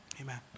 Amen